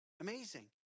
Amazing